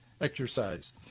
exercise